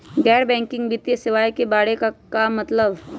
गैर बैंकिंग वित्तीय सेवाए के बारे का मतलब?